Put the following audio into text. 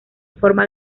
forma